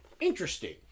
Interesting